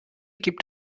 gibt